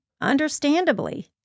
understandably